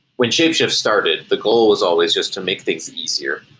when shapeshift started, the goal was always just to make things easier.